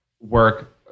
work